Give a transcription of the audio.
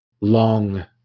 long